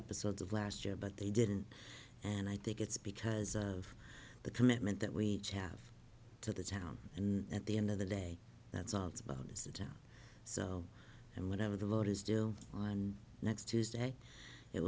episodes of last year but they didn't and i think it's because of the commitment that we have to the town and at the end of the day that's all it's about isn't so and whatever the load is due on next tuesday it